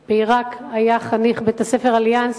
בעירק, היה חניך בית-הספר "אליאנס",